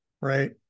Right